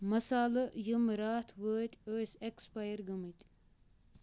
مصالہٕ یِم راتھ وٲتۍ ٲسۍ ایٚکسپایر گٔمٕتۍ